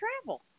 travel